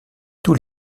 tous